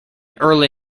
early